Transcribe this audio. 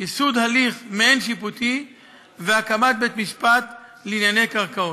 ייסוד הליך מעין-שיפוטי והקמת בית-משפט לענייני קרקעות.